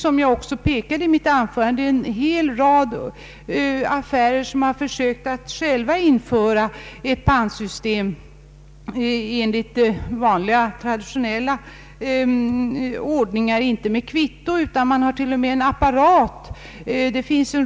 Såsom jag pekade på i mitt förra anförande har en hel rad affärer själva försökt att införa ett pantsystem enligt vanliga traditionella former. De begagnar inte kvitton utan andra metoder bl.a. en speciell apparat.